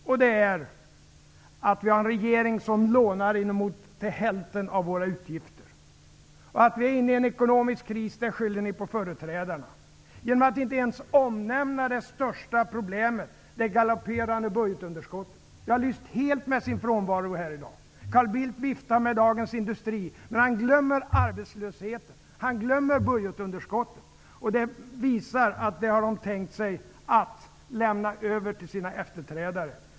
Det är det faktum att vi har en regering som lånar till inemot hälften av våra utgifter. Det faktum att vi är inne i en ekonomisk kris skyller ni på företrädarna. Ni omnämner inte ens det största problemet -- det galopperande budgetunderskottet. Det har lyst helt med sin frånvaro här i dag. Carl Bildt viftar med Dagens Industri, men han glömmer arbetslösheten och budgetunderskottet. Det visar att regeringen har tänkt sig att lämna över dessa problem till sina efterträdare.